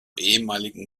ehemaligen